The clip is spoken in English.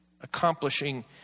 accomplishing